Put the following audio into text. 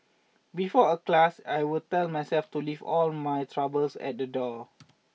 before a class I will tell myself to leave all my troubles at the door